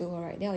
search like